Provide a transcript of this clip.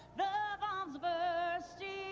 bombs bursting